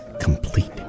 complete